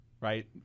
right